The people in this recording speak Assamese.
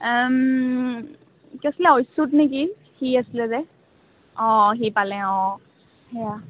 কি আছিলে অচ্যুত নেকি সি আছিলে যে অঁ সি পালে অঁ সেয়া